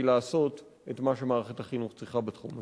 לעשות את מה שמערכת החינוך צריכה בתחום הזה.